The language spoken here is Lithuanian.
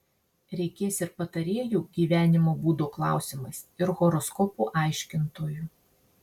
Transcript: reikės ir patarėjų gyvenimo būdo klausimais ir horoskopų aiškintojų